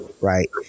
right